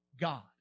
God